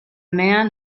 man